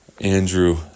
Andrew